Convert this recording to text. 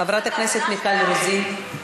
חברת הכנסת מיכל רוזין,